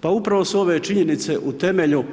Pa upravo su ove činjenice u temelju